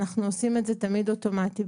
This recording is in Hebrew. אנחנו עושים את זה תמיד אוטומטית,